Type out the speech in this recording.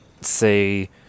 say